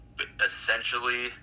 essentially